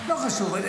לא חשוב.